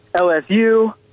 LSU